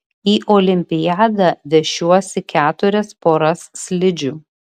į olimpiadą vešiuosi keturias poras slidžių